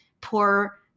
poor